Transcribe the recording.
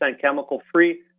chemical-free